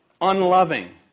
unloving